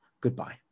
Goodbye